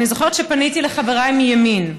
אני זוכרת שפניתי לחבריי מימין.